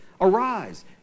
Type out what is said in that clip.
Arise